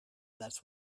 what